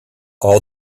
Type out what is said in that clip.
all